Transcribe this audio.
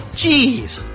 Jeez